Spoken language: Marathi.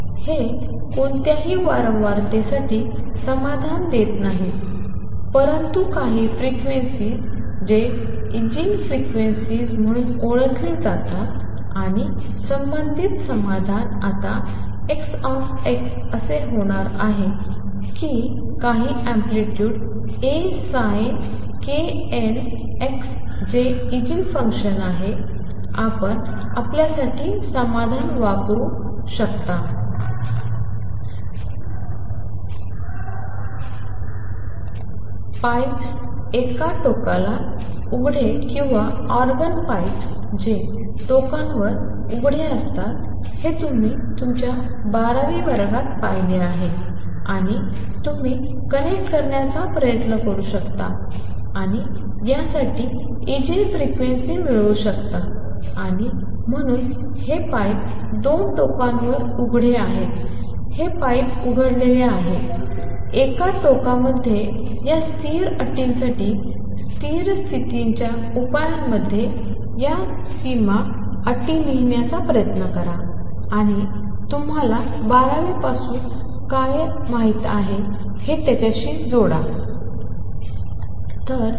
हे कोणत्याही वारंवारतेसाठी समाधान देत नाहीत परंतु काही फ्रिक्वेन्सीज जे इगेन फ्रिक्वेन्सी म्हणून ओळखले जातात आणि संबंधित समाधान आता X असे होणार आहे की काही अँप्लितुड A sinknx जे इगेन फंक्शन आहे आपण आपल्यासाठी समान समाधान वापरून पाहू शकता पाईप्स एका टोकाला उघडे किंवा ऑर्गन पाईप्स जे 2 टोकांवर उघडे असतात हे तुम्ही तुमच्या बाराव्या वर्गात पाहिले आहे आणि तुम्ही कनेक्ट करण्याचा प्रयत्न करू शकता आणि यासाठी इगेन फ्रिक्वेन्सी मिळवू शकता आणि म्हणून हे पाईप 2 टोकांवर उघडे आहे हे पाईप उघडलेले आहे एका टोकामध्ये या स्थिर अटींसाठी स्थिर स्थितीच्या उपायांमध्ये या सीमा अटी लिहिण्याचा प्रयत्न करा आणि तुम्हाला बारावी पासून काय माहित आहे हे त्याचाशी जोडलेले आहे